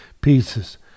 pieces